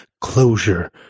closure